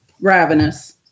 Ravenous